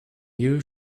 you